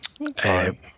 Okay